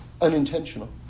unintentional